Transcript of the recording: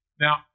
Now